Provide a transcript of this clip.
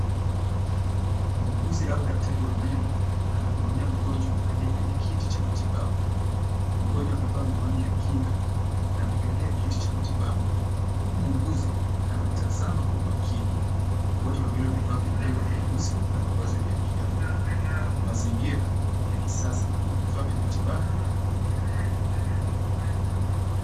Muuguzi au daktari wa meno, anahudumia mgonjwa aliye kwenye kiti cha matibabu. Mgonjwa amevaa miwani ya kinga na amekalia kiti cha matibabu huku muuguzi anamtazama kwa umakini, wote wawili wamevaa vinyago vya uso na mavazi vya kiafya. Mazingira ni ya kisasa na kuna vifaa vya matibabu.